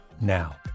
now